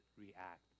react